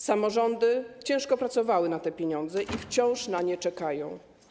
Samorządy ciężko pracowały na te pieniądze i wciąż na nie czekają.